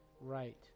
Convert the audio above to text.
right